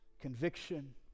conviction